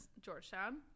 Georgetown